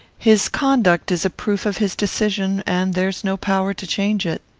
his conduct is a proof of his decision, and there is no power to change it.